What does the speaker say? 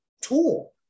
tool